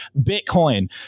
Bitcoin